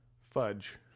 fudge